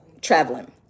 Traveling